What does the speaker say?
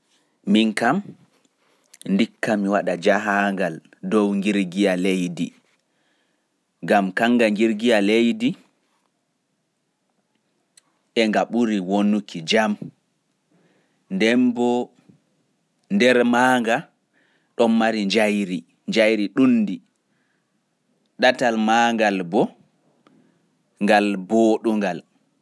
Ndikka mi waɗa jahaangal dow ngirgiya leidi gam kannga e nga ɓuri wonuki jam nden bo njairi e ɗon, ɗatal ngal bo ngal boɗngal.